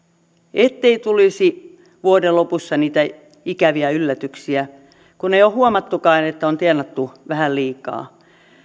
ettei tulisi vuoden lopussa niitä ikäviä yllätyksiä kun ei ole huomattukaan että on tienattu vähän liikaa